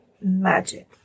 magic